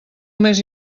més